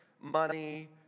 money